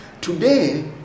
Today